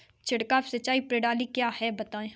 छिड़काव सिंचाई प्रणाली क्या है बताएँ?